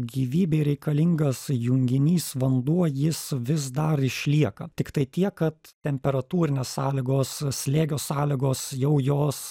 gyvybei reikalingas junginys vanduo jis vis dar išlieka tiktai tiek kad temperatūrinės sąlygos slėgio sąlygos jau jos